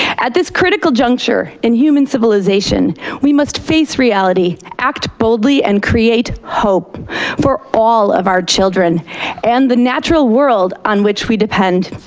at this critical juncture in human civilization we must face reality, act boldly and create hope for all of our children and the natural world on which we depend.